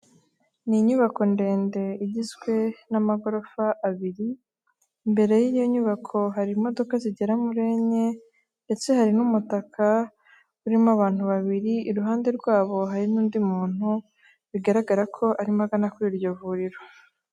Ni inyubako ndende igizwe n'amagorofa abiri, imbere y'iyo nyubako hari imodoka zigera muri enye ndetse hari n'umutaka urimo abantu babiri, iruhande rwabo hari n'undi muntu bigaragara ko arimo agana kuri iryo vuriro.